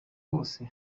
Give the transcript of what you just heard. hose